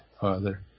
Father